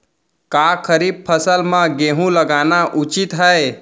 का खरीफ फसल म गेहूँ लगाना उचित है?